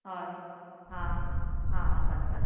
हय आं आं सांगता